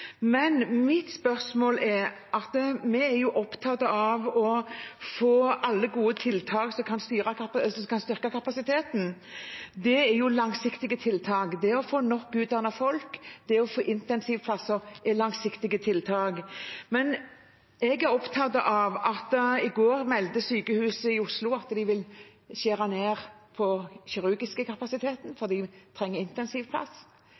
Mitt spørsmål er: Vi er opptatt av å få alle gode tiltak som kan styrke kapasiteten, og det er langsiktige tiltak. Det å få utdannet nok folk, det å få intensivplasser er langsiktige tiltak. Men jeg er opptatt av at sykehus i Oslo i går meldte at de vil skjære ned på den kirurgiske kapasiteten, fordi de trenger intensivplasser. Hva tenker statsministeren å gjøre for